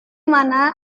mana